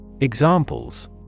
Examples